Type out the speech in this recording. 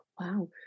Wow